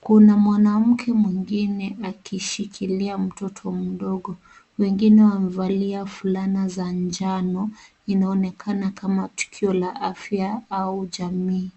kuna mwanamke mwengine ameshikilia mtoto mdogo. Mwingine amevalia fulana za njano inaonekana kama tukio la afya au jamii.